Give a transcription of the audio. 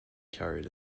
carried